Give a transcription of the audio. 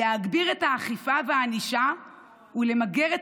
להגביר את האכיפה ואת הענישה ולמגר את